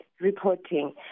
reporting